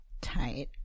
tight